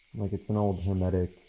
like, it's an old hermetic,